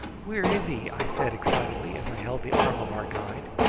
where is he? i said excitedly, as i held the arm of our guide.